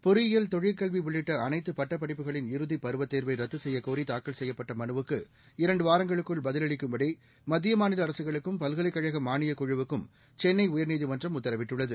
பொறியியல் தொழிற்கல்வி உள்ளிட்ட அனைத்து பட்டப்படிப்புகளின் இறுதி பருவத் தேர்வை ரத்து செய்யக்கோரி தாக்கல் செய்யப்பட்ட மனுவுக்கு இரண்டு வாரங்களுக்குள் பதிலளிக்கும்படி மத்திய மாநில அரசுகளுக்கும் பல்கலைக்கழக மாளியக் குழுவுக்கும் சென்னை உயா்நீதிமன்றம் உத்தரவிட்டுள்ளது